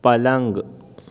پلنگ